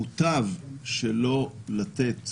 מוטב שלא לתת